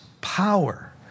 power